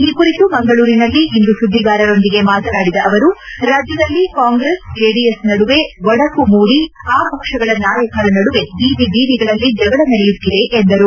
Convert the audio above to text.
ಈ ಕುರಿತು ಮಂಗಳೂರಿನಲ್ಲಿಂದು ಸುದ್ಲಿಗಾರರೊಂದಿಗೆ ಮಾತನಾಡಿದ ಅವರು ರಾಜ್ಯದಲ್ಲಿ ಕಾಂಗ್ರೆಸ್ ಜೆಡಿಎಸ್ ನಡುವೆ ಒಡಕು ಮೂಡಿ ಆ ಪಕ್ಷಗಳ ನಾಯಕರ ನಡುವೆ ಬೀದಿ ಬೀದಿಗಳಲ್ಲಿ ಜಗಳ ನಡೆಯುತ್ತಿದೆ ಎಂದರು